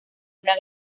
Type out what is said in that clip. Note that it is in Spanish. una